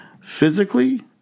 physically